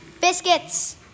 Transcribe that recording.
biscuits